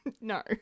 No